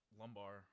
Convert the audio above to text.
lumbar